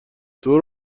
دور